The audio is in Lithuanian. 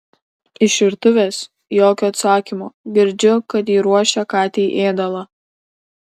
iš virtuvės jokio atsakymo girdžiu kad ji ruošia katei ėdalą